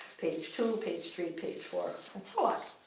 page two, page three, and page four, and so on.